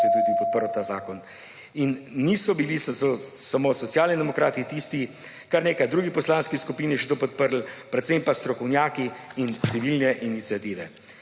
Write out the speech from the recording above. se je tudi podprl ta zakon. In niso bili samo Socialni demokrati tisti, kar nekaj drugih poslanskih skupin je še to podprlo, predvsem pa strokovnjaki in civilne iniciative.